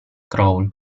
crawl